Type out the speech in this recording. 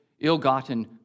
ill-gotten